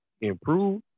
improve